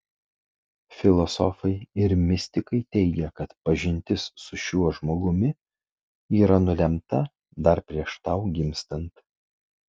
filosofai ir mistikai teigia kad pažintis su šiuo žmogumi yra nulemta dar prieš tau gimstant